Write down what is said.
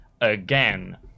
again